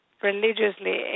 religiously